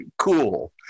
cool